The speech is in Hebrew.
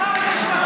תודה.